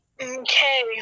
Okay